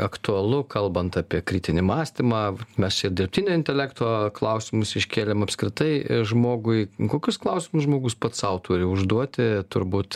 aktualu kalbant apie kritinį mąstymą mes čia ir dirbtinio intelekto klausimus iškėlėm apskritai žmogui kokius klausimus žmogus pats sau turi užduoti turbūt